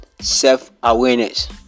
self-awareness